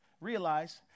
realize